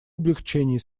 облегчении